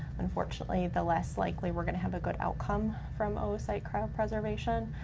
unfortunately, the less likely we're gonna have a good outcome from oocyte cryopreservation.